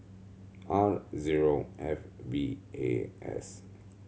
R zero F V A S